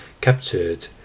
captured